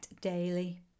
daily